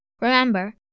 Remember